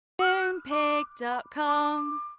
Moonpig.com